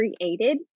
created